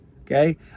Okay